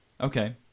Okay